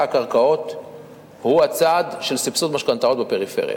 הקרקעות הוא הצעד של סבסוד משכנתאות בפריפריה.